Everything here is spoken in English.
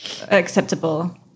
acceptable